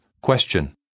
Question